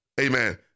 amen